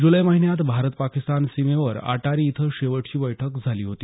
जुलैमहिन्यात भारत पाकिस्तान सीमेवर अटारी इथं शेवटची बैठक झाली होती